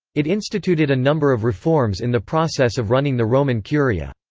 it instituted a number of reforms in the process of running the roman curia.